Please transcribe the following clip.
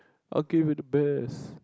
okay we're the best